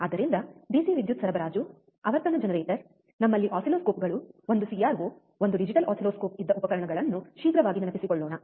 ಆದ್ದರಿಂದ ಡಿಸಿ ವಿದ್ಯುತ್ ಸರಬರಾಜು ಆವರ್ತನ ಜನರೇಟರ್ ನಮ್ಮಲ್ಲಿ ಆಸಿಲ್ಲೋಸ್ಕೋಪ್ಗಳು ಒಂದು ಸಿಆರ್ಒ ಒಂದು ಡಿಜಿಟಲ್ ಆಸಿಲ್ಲೋಸ್ಕೋಪ್ ಇದ್ದ ಉಪಕರಣಗಳನ್ನು ಶೀಘ್ರವಾಗಿ ನೆನಪಿಸಿಕೊಳ್ಳೋಣ